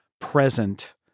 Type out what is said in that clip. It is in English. present